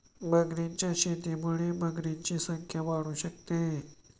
मगरींच्या शेतीमुळे मगरींची संख्या वाढू शकते